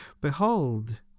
Behold